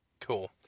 cool